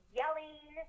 yelling